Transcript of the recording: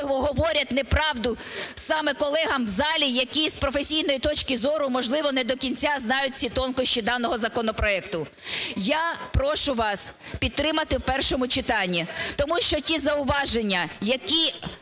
говорять неправду саме колегам у залі, які з професійної точки зору, можливо, не до кінця знають всі тонкощі даного законопроекту. Я прошу вас підтримати у першому читанні, тому що ті зауваження, які